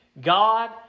God